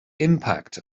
impact